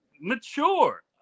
mature